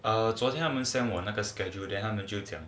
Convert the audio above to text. ah 昨天他们 send 我那个 schedule then 他们就讲